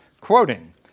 quoting